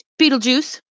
Beetlejuice